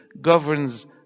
governs